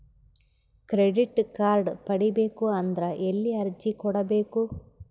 Credit card ಪಡಿಬೇಕು ಅಂದ್ರ ಎಲ್ಲಿ ಅರ್ಜಿ ಕೊಡಬೇಕು?